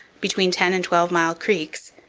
between ten and twelve mile creeks,